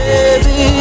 Baby